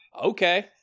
okay